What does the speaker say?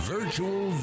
Virtual